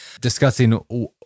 discussing